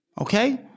Okay